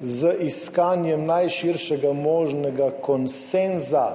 z iskanjem najširšega možnega konsenza,